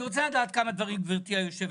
אני רוצה לדעת כמה דברים, גברתי היושבת-ראש,